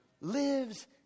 Lives